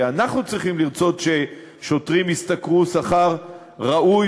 כי אנחנו צריכים לרצות ששוטרים ישתכרו שכר ראוי